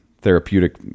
therapeutic